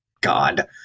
God